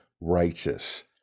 righteous